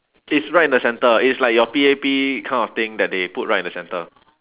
it's right in the centre it's like your P_A_P kind of thing that they put right in the centre